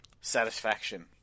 satisfaction